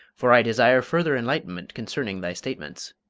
for i desire further enlightenment concerning thy statements.